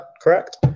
correct